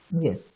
Yes